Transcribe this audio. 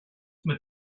mit